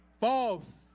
False